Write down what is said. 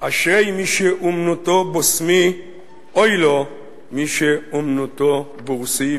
אשרי מי שאומנותו בסם ואוי לו מי שאומנותו בורסי".